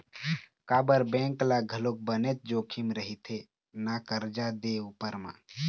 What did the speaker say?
काबर बेंक ल घलोक बनेच जोखिम रहिथे ना करजा दे उपर म